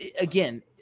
again